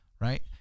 right